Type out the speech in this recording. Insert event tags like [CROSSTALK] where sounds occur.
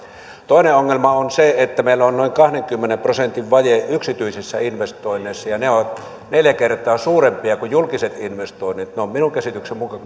toinen ongelma on se että meillä on noin kahdenkymmenen prosentin vaje yksityisissä investoinneissa ja ne ovat neljä kertaa suurempia kuin julkiset investoinnit ne ovat minun käsitykseni mukaan [UNINTELLIGIBLE]